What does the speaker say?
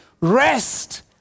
rest